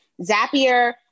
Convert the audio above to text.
Zapier